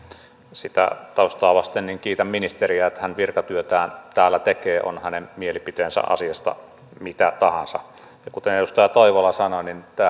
sitä taustaa vasten kiitän ministeriä että hän virkatyötään täällä tekee on hänen mielipiteensä asiasta mitä tahansa ja kuten edustaja toivola sanoi niin nämähän